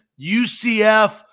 UCF